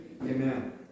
Amen